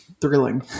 thrilling